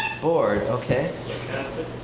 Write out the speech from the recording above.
bored, okay. sarcastic.